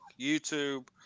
YouTube